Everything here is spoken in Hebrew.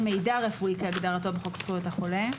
"מידע רפואי כהגדרתו בחוק זכויות החולה".